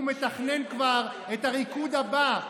הוא מתכנן כבר את הריקוד הבא,